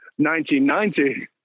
1990